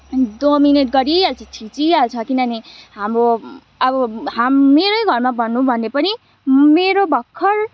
dominate गरिहाल्छ थिचिहाल्छ किनभने हाम्रो अब हाम मेरै घरमा भन्नु भने पनि मेरो भर्खर